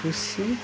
ଖୁସି